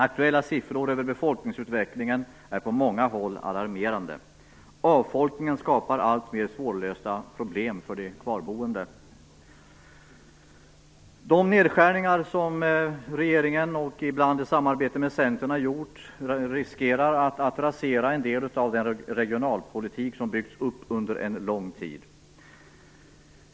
Aktuella siffror över befolkningsutvecklingen är på många håll alarmerande. Avfolkningen skapar alltmer svårlösta problem för de kvarboende. De nedskärningar som regeringen, ibland i samarbete med Centerpartiet, har gjort riskerar att rasera en del av den regionalpolitik som byggts upp under en lång tid.